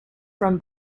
from